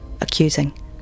accusing